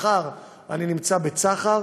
מחר אני נמצא בצח"ר,